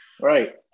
right